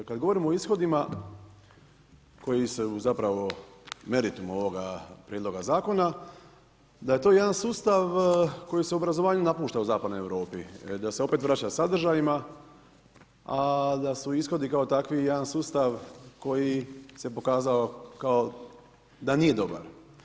Kada govorimo o ishodima koji su zapravo meritum ovoga prijedloga zakona da je to jedan sustav koji se u obrazovanju napušta u Zapadnoj Europi, da se opet vraća sadržajima, a da su ishodi kao takvi jedan sustav koji se pokazao kao da nije dobar.